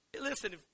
Listen